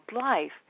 life